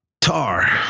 Tar